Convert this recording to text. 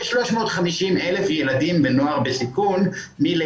כ-350,000 ילדים ונוער בסיכון מגיל